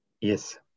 Yes